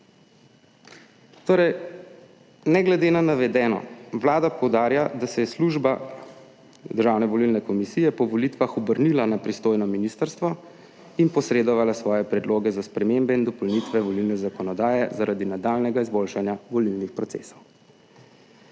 Torej ne glede na navedeno Vlada poudarja, da se je služba Državne volilne komisije po volitvah obrnila na pristojno ministrstvo in posredovala svoje predloge za spremembe in dopolnitve volilne zakonodaje zaradi nadaljnjega izboljšanja volilnih procesov.